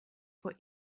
vor